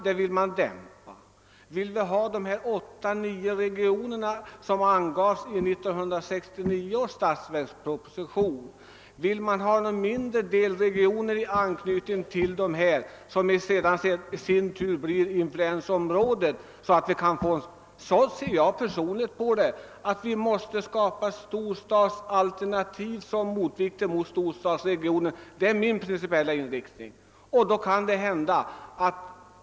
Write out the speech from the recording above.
Men vill man då ha de åtta nio regioner som angavs i 1969 års statsverksproposition? Vill man ha ett färre antal regioner i anknytning till dem? Det blir i så fall influensområden. Personligen ser jag denna sak så att vi måste skapa storstadsalternativ som motvikt till storstadsregionerna. Det är också min förhoppning att vi skall göra det.